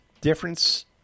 difference